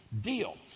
deal